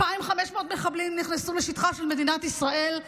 2,500 מחבלים נכנסו לשטחה של מדינת ישראל,